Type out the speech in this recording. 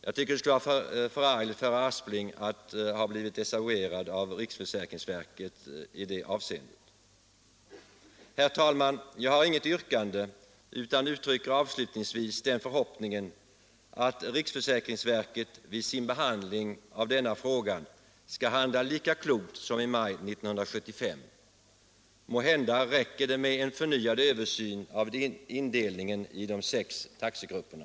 Jag har inget yrkande utan uttrycker avslutningsvis den förhoppningen att riksförsäkringsverket vid sin behandling av denna fråga skall handla lika klokt som i maj 1975. Måhända räcker det med en förnyad översyn av indelningen i de sex taxegrupperna.